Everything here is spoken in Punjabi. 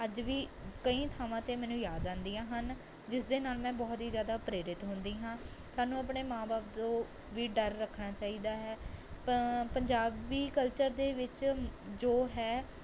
ਅੱਜ ਵੀ ਕਈ ਥਾਵਾਂ 'ਤੇ ਮੈਨੂੰ ਯਾਦ ਆਉਂਦੀਆਂ ਹਨ ਜਿਸ ਦੇ ਨਾਲ਼ ਮੈਂ ਬਹੁਤ ਹੀ ਜ਼ਿਆਦਾ ਪ੍ਰੇਰਿਤ ਹੁੰਦੀ ਹਾਂ ਸਾਨੂੰ ਆਪਣੇ ਮਾਂ ਬਾਪ ਤੋਂ ਵੀ ਡਰ ਰੱਖਣਾ ਚਾਹੀਦਾ ਹੈ ਪ ਪੰਜਾਬੀ ਕਲਚਰ ਦੇ ਵਿੱਚ ਜੋ ਹੈ